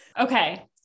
Okay